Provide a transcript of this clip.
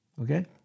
okay